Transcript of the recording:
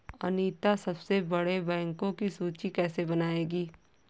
अनीता सबसे बड़े बैंकों की सूची कैसे बनायेगी?